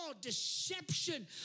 deception